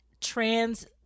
trans